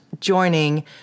joining